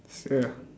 sure